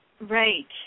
Right